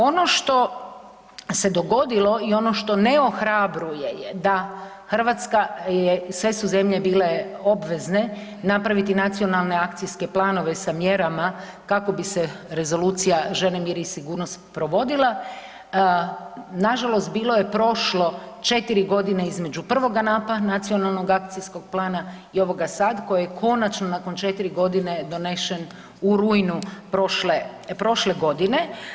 Ono što se dogodilo i ono što ne ohrabruje je da Hrvatska, sve su zemlje bile obvezne napraviti nacionalne akcijske planove sa mjerama kako bi se Rezolucija žene, mir i sigurnost provodila, nažalost bilo je prošlo četiri godine između prvog nacionalnog akcijskog plana i ovog sad koji je konačno nakon četiri godine donesen u rujnu prošle godine.